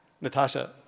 Natasha